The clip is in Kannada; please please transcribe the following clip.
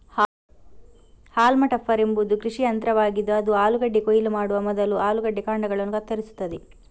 ಹಾಲ್ಮಾ ಟಪ್ಪರ್ ಎಂಬುದು ಕೃಷಿ ಯಂತ್ರವಾಗಿದ್ದು ಅದು ಆಲೂಗಡ್ಡೆ ಕೊಯ್ಲು ಮಾಡುವ ಮೊದಲು ಆಲೂಗಡ್ಡೆ ಕಾಂಡಗಳನ್ನು ಕತ್ತರಿಸುತ್ತದೆ